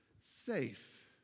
safe